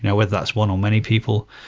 whether that's one or many people.